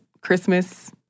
Christmas